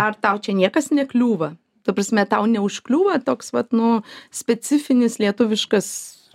ar tau čia niekas nekliūva ta prasme tau neužkliūva toks vat nu specifinis lietuviškas